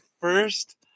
first